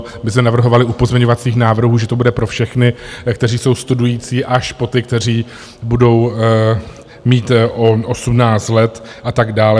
M jsme navrhovali u pozměňovacích návrhů, že to bude pro všechny, kteří jsou studující, až po ty, kteří budou mít 18 let a tak dále.